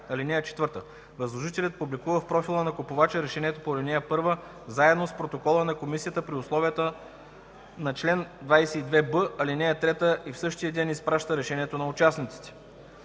„(4) Възложителят публикува в профила на купувача решението по ал. 1 заедно с протокола на комисията при условията на чл. 22б, ал. 3 и в същия ден изпраща решението на участниците.”